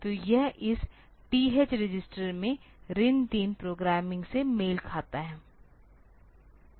तो यह इस TH रजिस्टर में ऋण 3 प्रोग्रामिंग से मेल खाता है